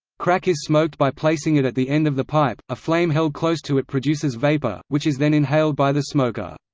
crack is smoked by placing it at the end of the pipe a flame held close to it produces vapor, which is then inhaled by the smoker.